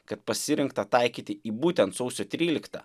kad pasirinkta taikyti į būtent sausio tryliktą